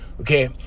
okay